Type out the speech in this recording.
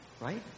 Right